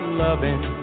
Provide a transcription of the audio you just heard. loving